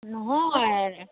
নহয়